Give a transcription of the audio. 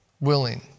willing